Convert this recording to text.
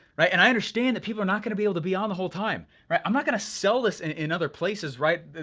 right, and i understand that people are not gonna be able to be on the whole time, right. i'm not gonna sell this and in other places, right,